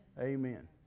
Amen